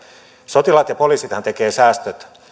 sotilaat ja poliisithan tekevät säästöt